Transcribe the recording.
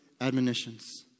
admonitions